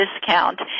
discount